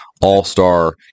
all-star